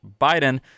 Biden